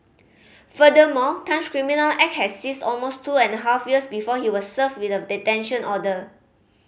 furthermore Tan's criminal act has ceased almost two and half years before he was served with a detention order